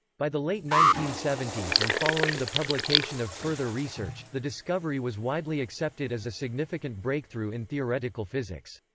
by the late nineteen seventy s and following the publication of further research, the discovery was widely accepted as a significant breakthrough in theoretical physics.